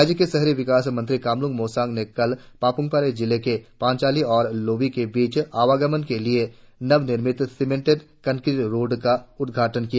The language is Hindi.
राज्य के शहरी विकास मंत्री कामलुंग मोसांग ने कल पापुमपारे जिले के पांचाली और लोबी के बीच आवागमन के लिए नवनिर्मित सिमेंट कंक्रिट रोड का उद्घाटन किया